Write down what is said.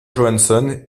johansson